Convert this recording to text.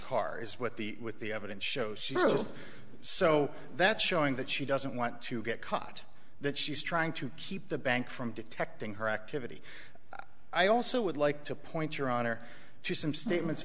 car is what the with the evidence shows she was so that's showing that she doesn't want to get caught that she's trying to keep the bank from detecting her activity i also would like to point your honor to some statements